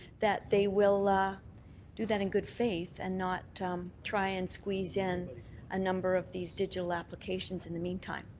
that they will ah do that in good faith and not try and squeeze in a number of these digital applications in the meantime.